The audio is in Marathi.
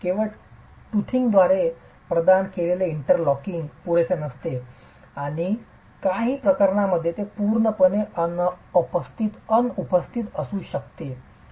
केवळ टूथिंगद्वारे प्रदान केलेले इंटरलॉकिंग पुरेसे नसते काही प्रकरणांमध्ये ते पूर्णपणे अनुपस्थित असू शकते